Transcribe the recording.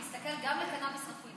תסתכל, גם קנביס רפואי.